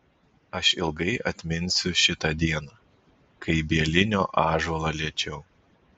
aš ilgai atminsiu šitą dieną kai bielinio ąžuolą liečiau